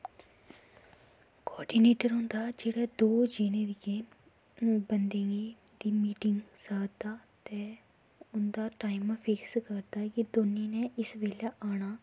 coordinator होंदा जेह्ड़ा दो जनें दियें बंदें दी मीटिंग सारदा ते उं'दा टाईम फिक्स करदा कि दोनी ने इस बेल्लै आना